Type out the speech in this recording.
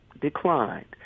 declined